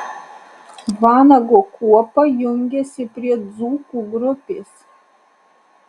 vanago kuopa jungiasi prie dzūkų grupės